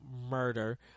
murder